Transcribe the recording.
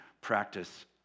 practice